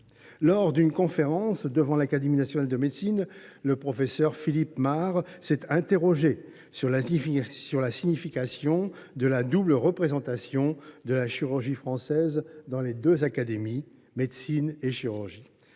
Lors d’une conférence devant l’Académie nationale de médecine, le professeur Philippe Marre s’est interrogé sur la signification de la double représentation de la chirurgie française dans les deux académies – médecine et chirurgie.